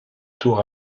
tour